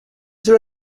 there